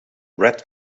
red